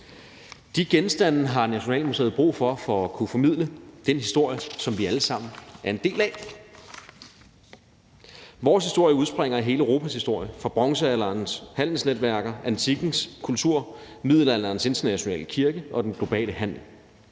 De genstande har Nationalmuseet brug for for at kunne formidle den historie, som vi alle sammen er en del af. Vores historie udspringer af hele Europas historie – fra bronzealderens handelsnetværker, antikkens kultur, middelalderens internationale kirke og den globale handel